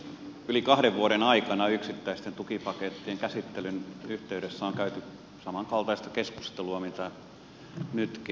yli kahden vuoden aikana yksittäisten tukipakettien käsittelyn yhteydessä on käyty samankaltaista keskustelua mitä nytkin